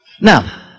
Now